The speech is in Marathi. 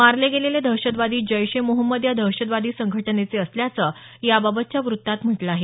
मारले गेलेले दहशतवादी जैश ए मोहम्मद या दहशतवादी संघटनेचे असल्याचं याबाबतच्या वृत्तात म्हटलं आहे